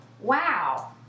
wow